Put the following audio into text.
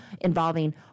involving